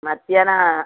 மத்தியானம்